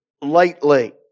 lightly